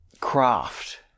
craft